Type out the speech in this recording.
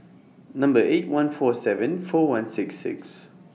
Number eight one four seven four one six six